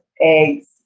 eggs